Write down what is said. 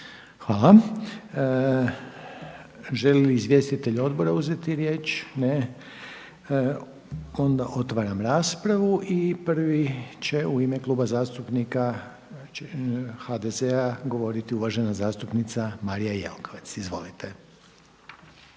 Hvala. Žele li izvjestitelji odbora uzeti riječ? Ne. Otvaram raspravu. I prvi će u ime Kluba zastupnika HDZ-a govoriti uvažena zastupnica Marija Jelkovac. Izvolite.